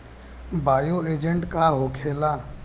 Bio agent का होखेला?